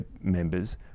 members